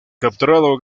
capturado